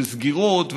וסגירות,